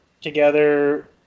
together